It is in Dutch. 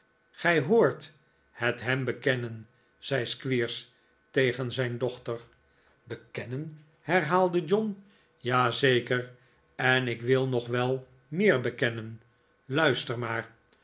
gij hoort het hem bekennen zei squeers tegen zijn dochter bekennen herhaalde john ja zeker en ik wil nog wel meer bekennen luister maar